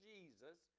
Jesus